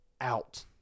out